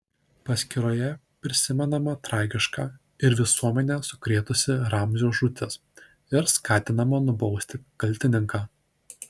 paskyroje prisimenama tragiška ir visuomenę sukrėtusi ramzio žūtis ir skatinama nubausti kaltininką